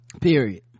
period